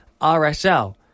RSL